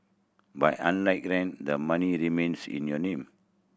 but unlike rent the money remains in your name